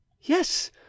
Yes